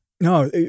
No